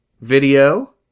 video